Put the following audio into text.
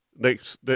Next